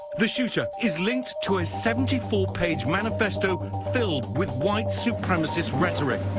the shooter is linked to a seventy four page manifesto filled with white supremacist rhetoric.